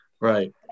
Right